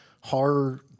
horror